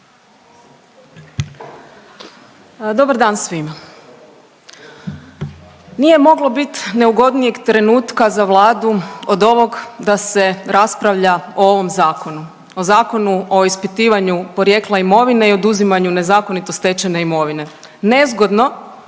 Dobar dan svima. Nije moglo bit neugodnijeg trenutka za Vladu od ovog da se raspravlja o ovom zakonu, o Zakonu o ispitivanju porijekla imovine i oduzimanju nezakonito stečene imovine. Nezgodno,